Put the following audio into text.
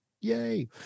yay